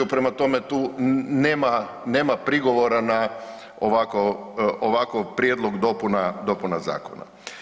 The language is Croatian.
Prema tome, tu nema prigovora na ovakav prijedlog dopuna zakona.